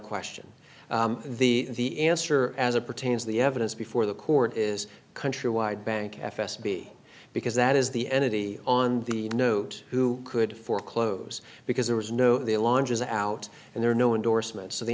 question the the answer as it pertains to the evidence before the court is countrywide bank f s b because that is the entity on the note who could foreclose because there was no the launch is out and there are no endorsements so the